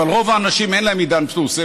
אבל לרוב האנשים אין עידן פלוס.